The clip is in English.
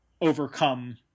overcome